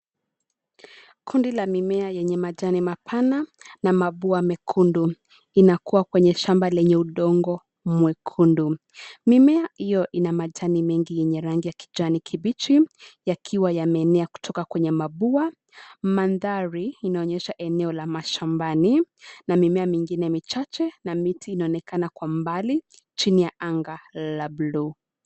Kundi la mimea yenye majani mapana na mabua mekundu , inakua kwenye kwenye shamba lenye udongo mwekundu. Mimea hiyo ina majani mingi yenye rangi ya kijani kibichi yakiwa yameenea kutoka kwenye mabua . Mandhari inaonyesha eneo la mashambani na mimea mingine michache na miti inaonekana kwa mbali chini ya anga la buluu.